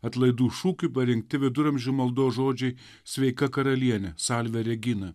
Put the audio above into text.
atlaidų šūkiui parinkti viduramžių maldos žodžiai sveika karaliene salve regina